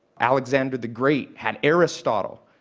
alexander, the great, had aristotle.